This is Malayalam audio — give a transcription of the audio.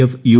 F U